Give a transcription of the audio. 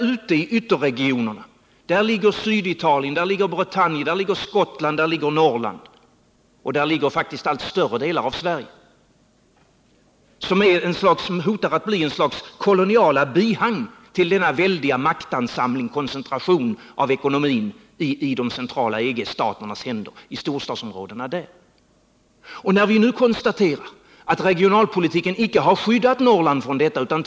Ute i ytterregionerna ligger Syditalien, där ligger Bretagne, där ligger Skottland, där ligger Norrland och där ligger faktiskt allt större delar av Sverige, som hotar att bli ett slags koloniala bihang till denna maktansvällning, denna koncentration av ekonomin till storstadsområdena i de centrala EG-staterna. Nu konstaterar vi att regionalpolitiken icke har skyddat Norrland från denna utveckling.